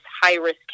high-risk